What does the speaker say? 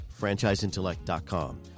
FranchiseIntellect.com